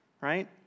right